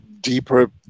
deeper